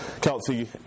Kelsey